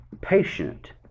patient